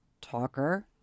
talker